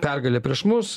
pergalė prieš mus